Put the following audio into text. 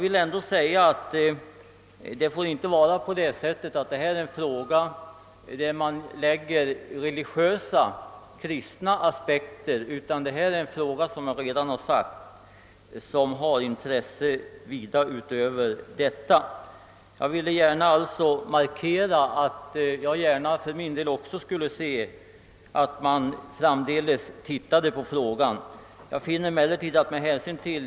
Men det får inte vara på det sättet att man på denna fråga endast anlägger religiösa, kristna aspekter — det här är en fråga som har intresse även för andra ideella organisationer såsom jag nämnt. Jag vill alltså poängtera att jag också gärna skulle se att man framdeles gjorde en översyn av detta.